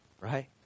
right